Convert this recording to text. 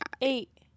Eight